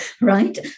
right